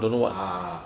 ah ah ah